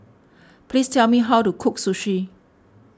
please tell me how to cook Sushi